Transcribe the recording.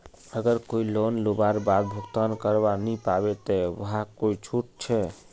अगर कोई लोन लुबार बाद भुगतान करवा नी पाबे ते वहाक कोई छुट छे?